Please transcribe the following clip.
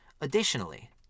Additionally